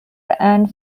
and